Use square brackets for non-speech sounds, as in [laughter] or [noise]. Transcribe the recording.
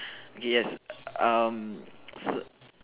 [breath] okay yes um s~